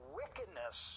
wickedness